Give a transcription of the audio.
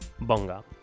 bonga